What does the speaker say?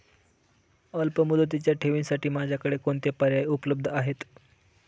अल्पमुदतीच्या ठेवींसाठी माझ्याकडे कोणते पर्याय उपलब्ध आहेत?